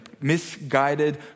misguided